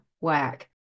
work